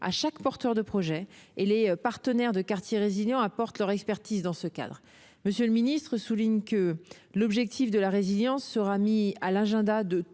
à chaque porteur de projet et les partenaires des « quartiers résilients » apportent leur expertise dans ce cadre. M. le ministre souligne que l'objectif de la résilience sera mis à l'agenda de